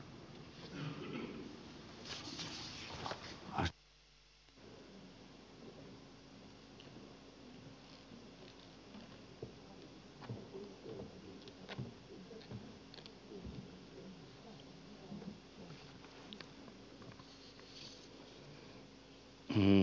herra puhemies